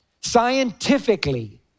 Scientifically